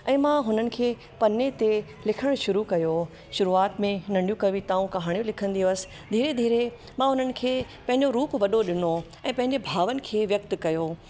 ऐं मां हुननि खे पने ते लिखणु शुरू कयो शुरूआत में नढ़ियूं कविताऊं कहाणियूं लिखंदी हुअसि धीरे धीरे मां हुननि खे पंहिंजो रूप वॾो ॾिनो ऐं पंहिंजे भावनि खे व्यक्त कयो